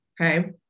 Okay